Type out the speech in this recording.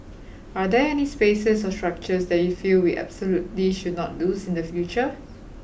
are there any spaces or structures that you feel we absolutely should not lose in the future